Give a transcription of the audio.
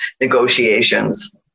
negotiations